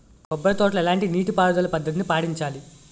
కొబ్బరి తోటలో ఎలాంటి నీటి పారుదల పద్ధతిని పాటించాలి?